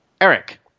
Eric